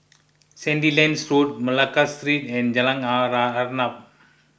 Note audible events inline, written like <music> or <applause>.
Sandilands Road Malacca Street and Jalan <unintelligible> Arnap